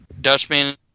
Dutchman